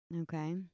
Okay